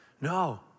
No